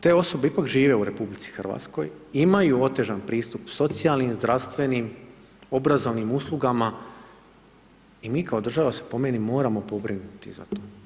Te osobe ipak žive u RH, imaju otežani pristup socijalnim, zdravstvenim, obrazovanim uslugama i mi kao država se po meni, moramo pobrinuti za to.